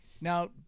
Now